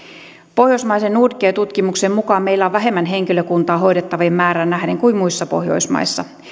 pohjoismaisen nordcare tutkimuksen mukaan meillä on vähemmän henkilökuntaa hoidettavien määrään nähden kuin muissa pohjoismaissa